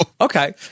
Okay